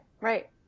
Right